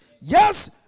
yes